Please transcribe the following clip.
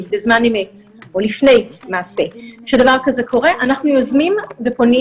בזמן אמת או לפני מעשה שדבר כזה קורה אנחנו יוזמים ופונים